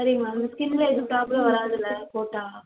சரிங்க மேம் ஸ்கினில் எதுவும் ப்ராப்ளம் வராதுல்ல போட்டால்